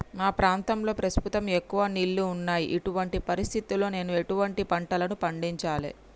మా ప్రాంతంలో ప్రస్తుతం ఎక్కువ నీళ్లు ఉన్నాయి, ఇటువంటి పరిస్థితిలో నేను ఎటువంటి పంటలను పండించాలే?